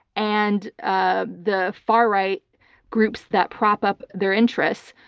and ah the far right groups that prop up their interests.